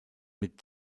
mit